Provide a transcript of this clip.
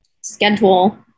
schedule